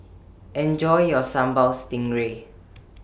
Enjoy your Sambal Stingray